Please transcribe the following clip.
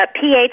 pH